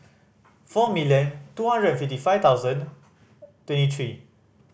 four million two hundred and fifty five thousand twenty three